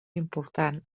important